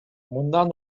мындан